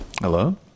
Hello